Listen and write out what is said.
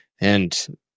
And-